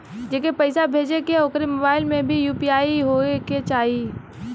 जेके पैसा भेजे के ह ओकरे मोबाइल मे भी यू.पी.आई होखे के चाही?